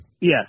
Yes